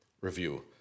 review